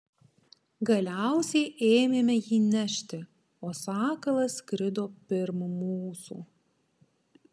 galiausiai ėmėme jį nešti o sakalas skrido pirm mūsų